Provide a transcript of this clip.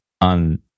on